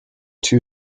two